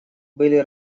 были